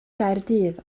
gaerdydd